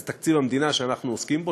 זה תקציב המדינה שאנחנו עוסקים בו.